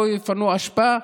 לא יפנו אשפה?